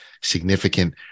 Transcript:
significant